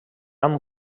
amb